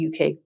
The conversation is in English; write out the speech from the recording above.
UK